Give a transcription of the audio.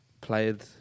played